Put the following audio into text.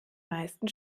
meisten